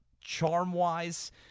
charm-wise